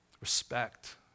respect